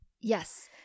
Yes